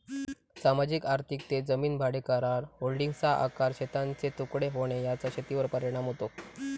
सामाजिक आर्थिक ते जमीन भाडेकरार, होल्डिंग्सचा आकार, शेतांचे तुकडे होणे याचा शेतीवर परिणाम होतो